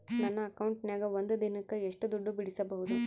ನನ್ನ ಅಕೌಂಟಿನ್ಯಾಗ ಒಂದು ದಿನಕ್ಕ ಎಷ್ಟು ದುಡ್ಡು ಬಿಡಿಸಬಹುದು?